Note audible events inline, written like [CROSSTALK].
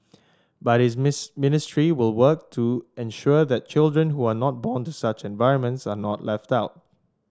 but his [UNINTELLIGIBLE] ministry will work to ensure that children who are not born to such environments are not left out